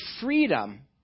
freedom